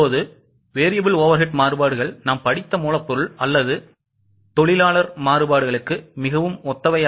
இப்போது variable overhead மாறுபாடுகள் நாம் படித்த மூலப்பொருள் அல்லது தொழிலாளர் மாறுபாடுகளுக்கு மிகவும் ஒத்தவை